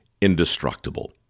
indestructible